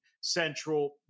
Central